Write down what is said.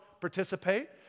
participate